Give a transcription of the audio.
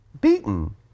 Beaten